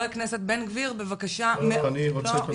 מיכל, רק,